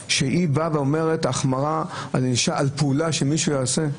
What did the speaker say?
שאומרות החמרת ענישה על פעולה שמישהו יעשה.